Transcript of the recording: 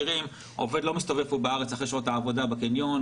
עובד לא מסתובב פה בארץ אחרי שעות העבודה בקניון,